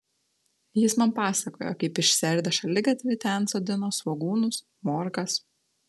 jis man pasakojo kaip išsiardę šaligatvį ten sodino svogūnus morkas